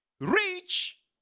rich